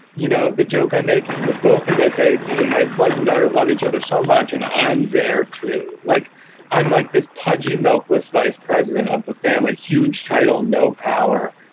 you know, the joke i make in the book, as i say, you know, my wife and daughter love each other so much. and i'm there to like i'm like this pudgy, beltless vice president of the family. huge title, no power.